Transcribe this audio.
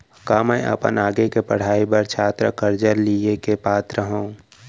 का मै अपन आगे के पढ़ाई बर छात्र कर्जा लिहे के पात्र हव?